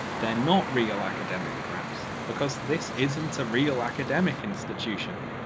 they're not real academic graphs. because this isn't a real, academic institution.